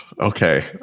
Okay